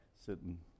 sitting